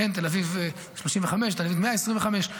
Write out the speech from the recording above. תל אביב 35, תל אביב 125,